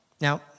now